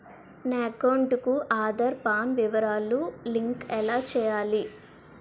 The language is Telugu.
నా అకౌంట్ కు ఆధార్, పాన్ వివరాలు లంకె ఎలా చేయాలి?